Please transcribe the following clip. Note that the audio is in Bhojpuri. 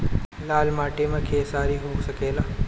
लाल माटी मे खेसारी हो सकेला?